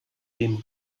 dem